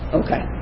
okay